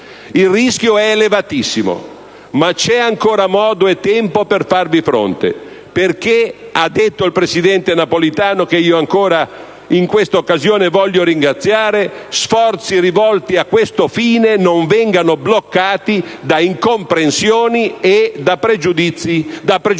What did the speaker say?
Il rischio è elevatissimo. Ma c'è ancora modo e tempo per farvi fronte, purché - ha detto il presidente Napolitano, che ancora voglio ringraziare in questa occasione - «sforzi rivolti a questo fine non vengono bloccati da incomprensioni e da pregiudiziali